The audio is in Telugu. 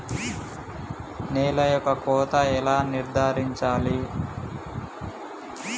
నేల యొక్క కోత ఎలా నిర్ధారించాలి?